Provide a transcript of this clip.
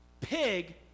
pig